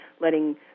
letting